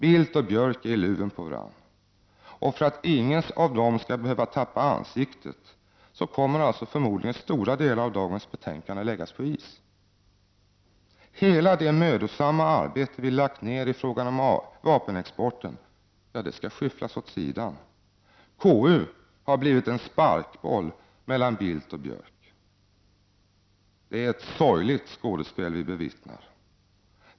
Bildt och Björck är i luven på varandra, och för att ingen av dem skall behöva tappa ansiktet kommer förmodligen stora delar av dagens betänkande att läggas på is. Hela det mödosamma arbete vi lagt ner i frågan om vapenexporten skall skyfflas åt sidan. KU har blivit en sparkboll mellan Bildt och Björck. Det är ett sorgligt skådespel vi bevittnar.